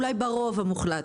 אולי ברוב המוחלט.